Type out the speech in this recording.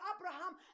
Abraham